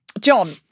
John